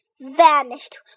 vanished